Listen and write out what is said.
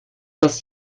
das